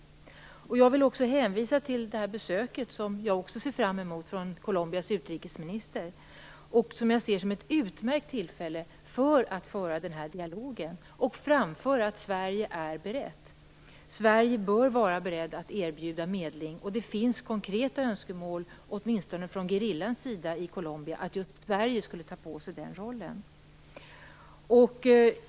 Jag vill också hänvisa till besöket, som jag ser fram emot, från Colombias utrikesminister. Jag ser det som ett utmärkt tillfälle att föra denna dialog och framföra att Sverige är berett. Sverige bör vara berett att erbjuda medling, och det finns konkreta önskemål, åtminstone från gerillans sida, om att just Sverige skulle ta på sig den rollen.